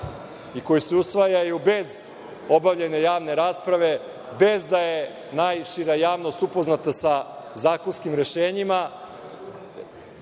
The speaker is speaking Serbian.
i koji se usvajaju bez obavljanja javne rasprave, bez da je najšira javnost upoznata sa zakonskim rešenjima